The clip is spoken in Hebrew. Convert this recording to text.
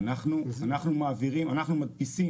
אנחנו מדפיסים.